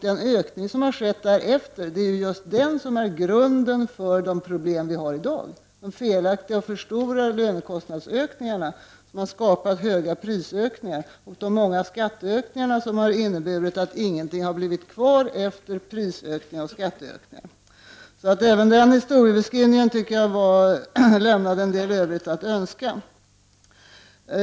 Den ökning som har skett därefter är just grunden för de problem som vi har i dag. De felaktiga och för stora lönekostnadsökningarna har skapat höga prisökningar och ytterligare skatteökningar, vilket har inneburit att ingenting blir kvar efter prisökningar och skatteökningar. Statsrådet Åsbrinks historieskrivning lämnar en del övrigt att önska.